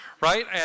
right